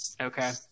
Okay